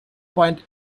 point